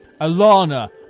Alana